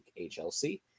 HLC